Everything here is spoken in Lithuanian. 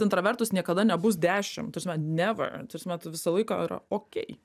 intravertus niekada nebus dešim ta prasme neva ta prasme tai visą laiką yra okey